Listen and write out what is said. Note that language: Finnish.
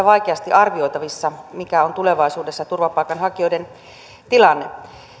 vaikeasti arvioitavissa mikä on tulevaisuudessa turvapaikanhakijoiden tilanne